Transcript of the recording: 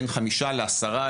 בין 5% ל- 15%,